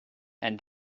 and